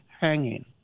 hanging